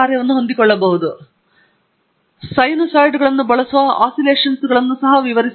ನಾನು ಸೈನಾಯ್ಯಿಡ್ಗಳನ್ನು ಬಳಸುವ ಆಸಿಲೇಷನ್ಗಳನ್ನು ಸಹ ವಿವರಿಸಬಲ್ಲೆ